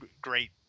great